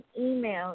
email